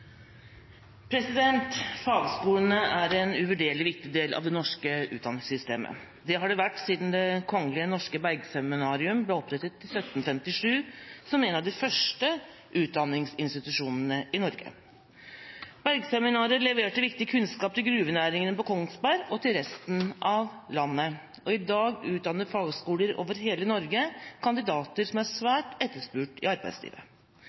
høyskoleutdanning. Fagskolene er en uvurderlig viktig del av det norske utdanningssystemet. Det har det vært siden Det Kongelige Norske Bergseminarium ble åpnet i 1757 som en av de første utdanningsinstitusjonene i Norge. Bergseminaret leverte viktig kunnskap til gruvenæringene på Kongsberg og til resten av landet. I dag utdanner fagskoler over hele Norge kandidater som er svært etterspurt i arbeidslivet.